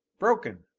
broken!